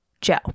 Joe